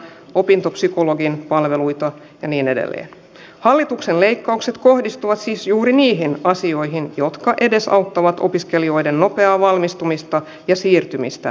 opin toksikologian palveluita niin edelleen hallituksen leikkaukset kohdistuvat siis juuri niihin asioihin jotka edesauttavat opiskelijoiden nopeaa valmistumista ja siirtymistä